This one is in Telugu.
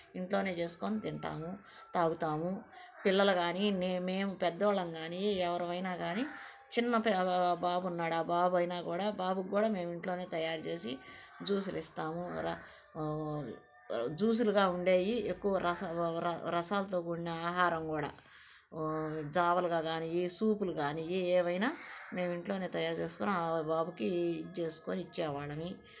ఇంట్లోనే చేసుకుని తింటాము తాగుతాము పిల్లలు కానీ మేము మేము పెద్దోళ్ళము కానీ ఎవరిమైనా కానీ చిన్న బాబు ఉన్నాడు ఆ బాబు అయినా కూడా బాబుకి కూడా మేము ఇంట్లోనే తయారు చేసి జూసులు ఇస్తాము జూసులుగా ఉండేవి ఎక్కువ రస రస రసాలతో కూడిన ఆహారం కూడా జావాలు కానీ సూపులు కానీ ఏవైనా మేము ఇంట్లోనే తయారు చేసుకొని మా బాబుకి ఇది చేసుకొని ఇచ్చే వాళ్ళము